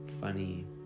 funny